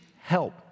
help